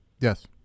Yes